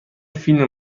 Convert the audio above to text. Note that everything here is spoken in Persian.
فیلم